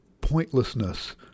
pointlessness